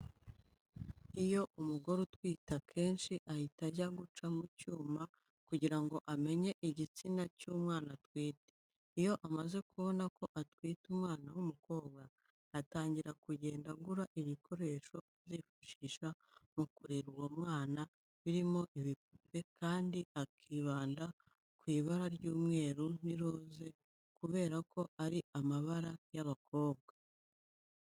Iyo umugore atwite akenshi ahita ajya guca mu cyuma kugira ngo amenye igitsina cy'umwana atwite. Iyo amaze kubona ko atwite umwana w'umukobwa atangira kugenda agura ibikoresho azifashisha mu kurera uwo mwana birimo ibipupe kandi akibanda ku ibara ry'umweru n'iroze kubera ko ari amabara y'abakobwa.